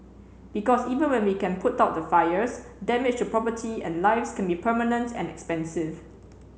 because even when we can put out the fires damage to property and lives can be permanent and expensive